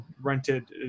rented